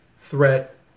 threat